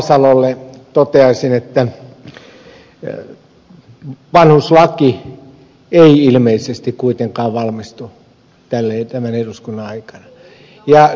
vahasalolle toteaisin että vanhuslaki ei ilmeisesti kuitenkaan valmistu tämän eduskunnan aikana